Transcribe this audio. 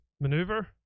maneuver